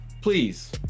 please